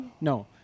No